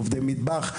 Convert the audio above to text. עובדי מטבח,